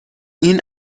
این